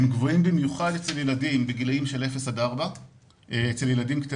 הם גבוהים במיוחד אצל ילדים בגילאים של 0 עד 4. שיעורי